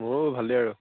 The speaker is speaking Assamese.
মোৰ ভালেই আৰু